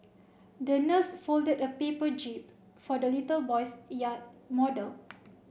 the nurse folded a paper jib for the little boy's yacht model